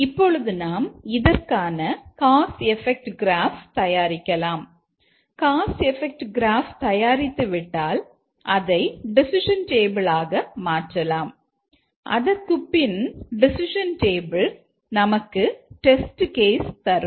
இப்பொழுது நாம் இதற்கான காஸ் எபெக்ட் கிராஃப் தரும்